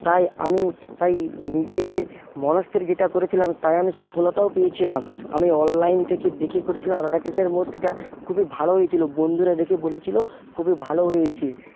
তাই আমি তাই নিজের মনস্থির যেটা করেছিলাম তাই আমি সফলতাও পেয়েছিলাম আমি অনলাইন থেকে দেখে করেছিলাম রাধাকৃষ্ণের মূর্তিটা খুবই ভালো হয়েছিলো বন্ধুরা দেখে বলেছিলো খুবই ভালো হয়েছে